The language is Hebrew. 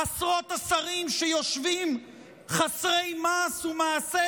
עשרות השרים שיושבים חסרי מעש ומעשה,